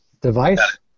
device